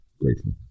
Grateful